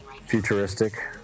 futuristic